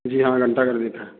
जी हाँ घंटा घर के पास